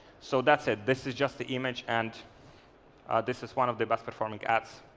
so that's it, this is just the image and this is one of the best performing ads.